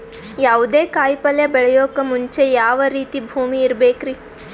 ಯಾವುದೇ ಕಾಯಿ ಪಲ್ಯ ಬೆಳೆಯೋಕ್ ಮುಂಚೆ ಯಾವ ರೀತಿ ಭೂಮಿ ಇರಬೇಕ್ರಿ?